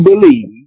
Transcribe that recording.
believe